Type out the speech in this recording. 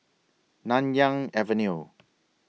Nanyang Avenue